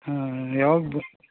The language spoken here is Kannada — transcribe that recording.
ಹಾಂ ಯಾವಾಗ ಬ